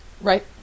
right